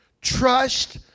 trust